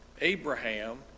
Abraham